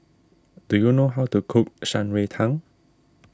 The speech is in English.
do you know how to cook Shan Rui Tang